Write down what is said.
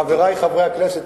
חברי חברי הכנסת,